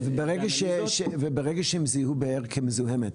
וברגע שהם זיהו באר כמזוהמת,